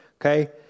Okay